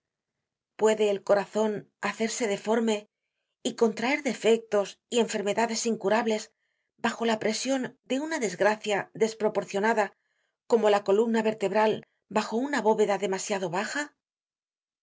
puede el corazon hacerse deforme y contraer defectos y enfermedades incurables bajo la presion de una desgracia desproporcionada como la columna vertebral bajo una bóveda demasiado baja